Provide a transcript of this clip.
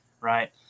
Right